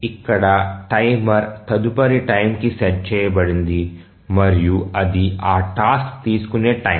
ఇక్కడ టైమర్ తదుపరి టైమ్ కి సెట్ చేయబడింది మరియు అది ఆ టాస్క్ తీసుకునే టైమ్